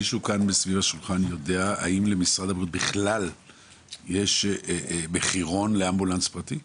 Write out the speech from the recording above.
מישהו מסביב לשולחן יודע האם למשרד הבריאות יש מחירון לאמבולנס פרטי?